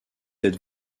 être